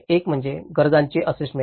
एक म्हणजे गरजांचे असेसमेंट